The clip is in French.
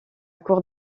court